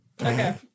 Okay